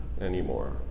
anymore